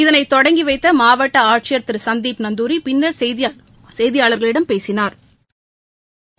இதனைத் தொடங்கி வைத்த மாவட்ட ஆட்சியர் திரு சந்தீப் நந்தூரி பின்னர் செய்தியாளர்களிடம் பேசினாா்